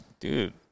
dude